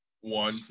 One